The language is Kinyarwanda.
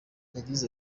yagize